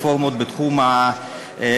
רפורמות בתחום הסוציאלי,